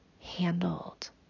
handled